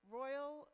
royal